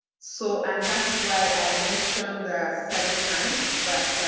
so and that is why i mentioned that several times that